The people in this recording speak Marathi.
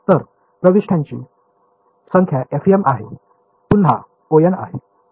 तर प्रविष्ट्यांची संख्या FEM आहेत पुन्हा O आहे